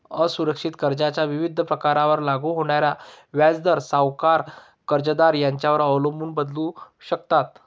असुरक्षित कर्जाच्या विविध प्रकारांवर लागू होणारे व्याजदर सावकार, कर्जदार यांच्यावर अवलंबून बदलू शकतात